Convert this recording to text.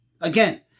Again